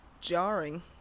jarring